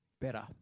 better